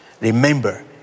Remember